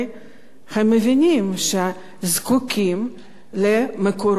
הם מבינים שזקוקים למקורות מימון,